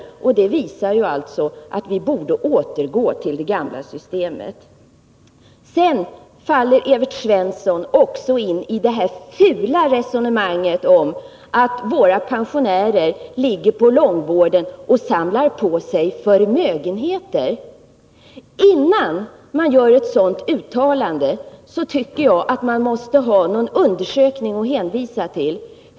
Detta visar alltså att vi borde återgå till det gamla systemet. Sedan faller även Evert Svensson in i det fula resonemanget, att våra pensionärer ligger på långtidsvården och samlar på sig förmögenheter. Innan man gör ett sådant uttalande tycker jag att man måste ha en undersökning att hänvisa till.